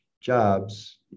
jobs